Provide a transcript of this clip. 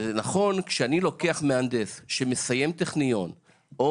כשאני לוקח מהנדס שמסיים טכניון או